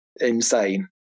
insane